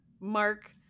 Mark